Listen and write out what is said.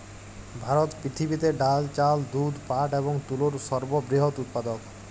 ভারত পৃথিবীতে ডাল, চাল, দুধ, পাট এবং তুলোর সর্ববৃহৎ উৎপাদক